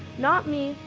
not me,